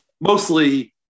mostly